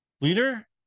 Leader